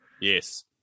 Yes